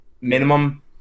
minimum